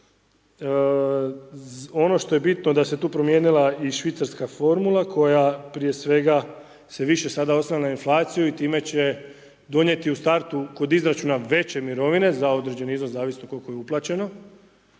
Ono što je bitno da se tu promijenila i švicarska formula koja prije svega se više sada oslanja na inflaciju i time će donijeti u startu kod izračuna veće mirovine za određeni iznos zavisno koliko je uplaćeno.